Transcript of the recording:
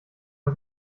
man